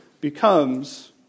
becomes